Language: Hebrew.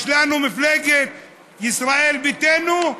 יש לנו מפלגת ישראל ביתנו,